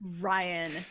Ryan